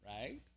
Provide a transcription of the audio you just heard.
right